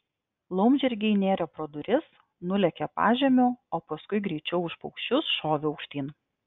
laumžirgiai nėrė pro duris nulėkė pažemiu o paskui greičiau už paukščius šovė aukštyn